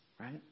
right